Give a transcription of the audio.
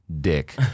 dick